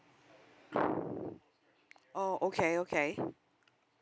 oh okay okay